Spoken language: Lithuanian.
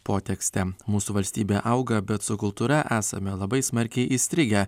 potekstę mūsų valstybė auga bet su kultūra esame labai smarkiai įstrigę